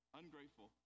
ungrateful